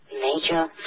Major